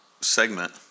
segment